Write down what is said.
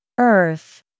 Earth